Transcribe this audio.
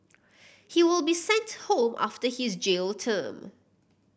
he will be sent home after his jail term